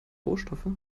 rohstoffe